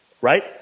right